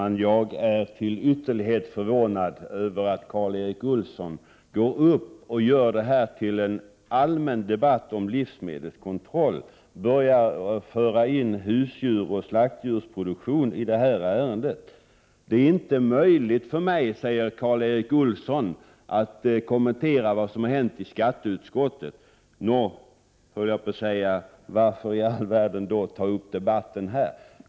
Herr talman! Jag är till ytterlighet förvånad över att Karl Erik Olsson går uppi talarstolen och gör diskussioner i detta ärende till en allmän debatt om livsmedelskontroll och för in husdjursoch slaktdjursproduktion. Det är inte möjligt för mig, sade Karl Erik Olsson, att kommentera vad som har hänt i skatteutskottet. — Nå, varför i all världen då ta upp debatten här?